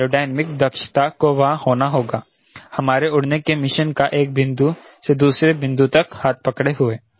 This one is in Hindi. तो एयरोडायनामिक दक्षता को वहां होना होगा हमारे उड़ने के मिशन का एक बिंदु से दूसरे तक हाथ पकड़े हुए